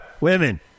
Women